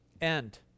end